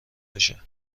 بشه